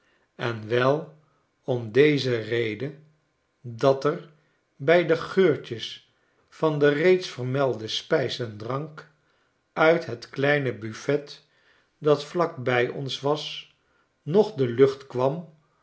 en wel om deze rede dat er bij de geurtjes van de reeds vermelde spijs en drank uit het kleine buffet dat vlak bij ons was nog de lucht kwam